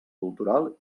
cultural